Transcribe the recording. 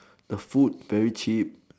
the food is very cheap